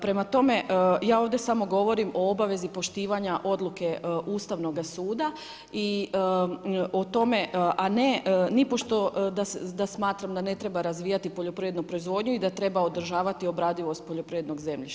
Prema tome, ja ovdje samo govorim o obavezu poštovanja odluke Ustavnog suda i o tome a ne nipošto da smatram da ne treba razvijati poljoprivrednu proizvodnju i da treba održavati obradivost poljoprivrednog zemljišta.